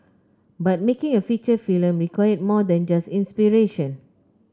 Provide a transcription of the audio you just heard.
but making a feature film required more than just inspiration